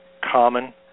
common